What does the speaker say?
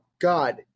God